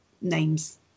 names